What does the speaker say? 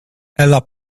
ela